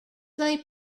they